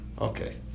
Okay